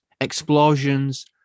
explosions